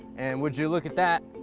and would you look at that.